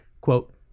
Quote